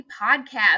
Podcast